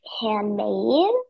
handmade